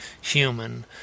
human